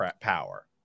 power